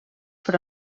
per